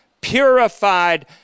purified